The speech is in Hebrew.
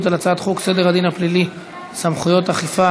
על הצעת חוק סדר הדין הפלילי (סמכויות אכיפה,